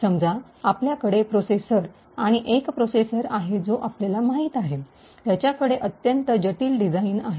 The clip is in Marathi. समजा आपल्याकडे प्रोसेसर आणि एक प्रोसेसर आहे जो आपल्याला माहित आहे त्याच्याकडे अत्यंत जटिल डिझाइन आहे